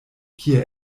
kie